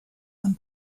and